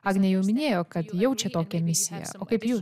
agnė jau minėjo kad jaučia tokią misiją o kaip jūs